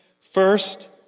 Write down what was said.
First